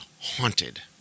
haunted